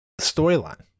storyline